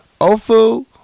Ofo